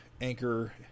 Anchor